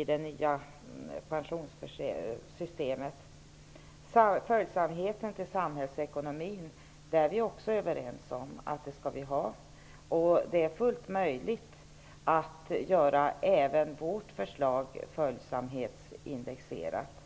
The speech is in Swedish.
är också överens om vi skall ha en följsamhet till samhällsekonomin. Det är fullt möjligt att göra även vårt förslag följsamhetsindexerat.